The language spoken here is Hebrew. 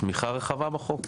תמיכה רחבה בחוק.